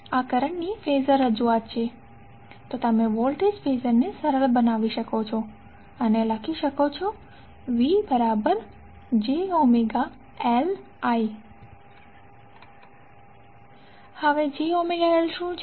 તો તમે વોલ્ટેજ ફેઝરને સરળ બનાવી શકો છો VjωLI હવે jωL શું છે